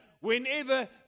whenever